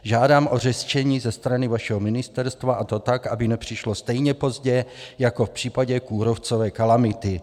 Žádám o řešení ze strany vašeho ministerstva, a to tak, aby nepřišlo stejně pozdě jako v případě kůrovcové kalamity.